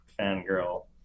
fangirl